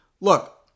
look